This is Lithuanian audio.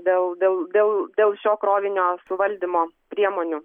dėl dėl dėl dėl šio krovinio suvaldymo priemonių